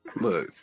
Look